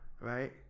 right